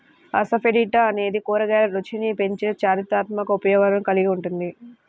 asafoetida అనేది కూరగాయల రుచిని పెంచే చారిత్రాత్మక ఉపయోగాలను కలిగి ఉంటుంది